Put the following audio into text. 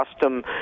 custom